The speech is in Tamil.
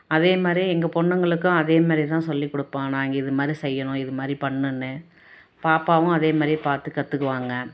அதேமாதிரி எங்கள் பெண்ணுங்களுக்கும் அதேமாதிரி தான் சொல்லிக்கொடுப்போம் நாங்கள் இதுமாதிரி செய்யணும் இதுமாரி பண்ணணுன்னு பாப்பாவும் அதேமாதிரி பார்த்து கற்றுக்குவாங்க